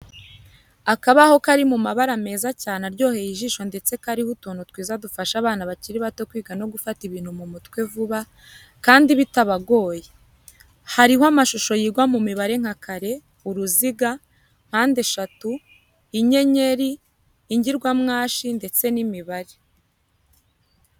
Akabaho kari mu mabara meza cyane aryohere ijisho ndetse kariho utuntu twiza dufasha abana bakiri bato kwiga no gufata ibintu mu mutwe vuba, kandi bitabagoye, hariho amashusho yigwa mu mibare nka kare, uruziga, mpandeshatu, inyenyeri, ingirwamwashi ndetse n'imibare.